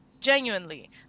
genuinely